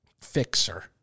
fixer